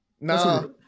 No